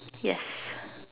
yes